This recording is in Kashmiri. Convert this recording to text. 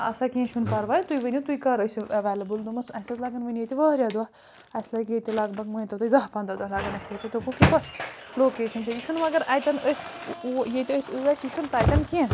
آسہ کیٚنہہ چھُنہٕ پرواے تُہۍ ؤنِو تُہۍ کَر ٲسِو اٮ۪ویلِبٕل دوٚپمَس اَسہِ حظ لَگَن وٕنۍ ییٚتہِ واریاہ دۄہ اَسہِ لَگہِ ییٚتہِ مٲنۍتو تُہۍ داہ پَنٛداہ دۄہ لَگَن اَسہِ ییٚتہِ دوٚپُکھ یہِ کۄس لوکیشَن چھےٚ یہِ چھُنہٕ مگر اَتٮ۪ن أسۍ ہوٗ ییٚتہِ أسۍ ٲسۍ یہِ چھُنہٕ تَتٮ۪ن کیٚنہہ